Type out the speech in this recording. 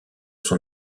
son